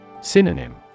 Synonym